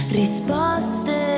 risposte